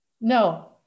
No